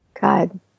God